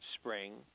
spring